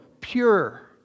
pure